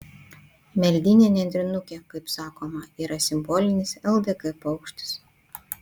meldinė nendrinukė kaip sakoma yra simbolinis ldk paukštis